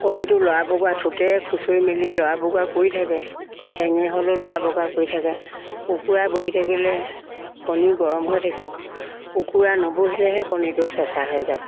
কণীটো লৰা বগোৱা ঠোঁটেৰে খুচৰি মেলি লৰা বগোৱা কৰি থাকে ঠেঙেৰে হ'লেও লৰা বগোৱা কৰি থাকে কুকুৰা বহি থাকিলে কণী গৰম হৈ থাকিব কুকুৰা নবহিলেহে কণীটো চেঁচা হৈ যাব